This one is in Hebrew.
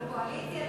הקואליציה